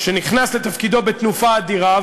שנכנס לתפקידו בתנופה אדירה,